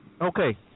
Okay